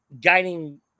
guiding